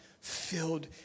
filled